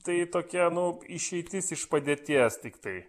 tai tokia nu išeitis iš padėties tiktai